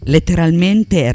Letteralmente